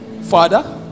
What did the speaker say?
Father